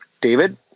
David